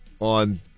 on